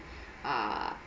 err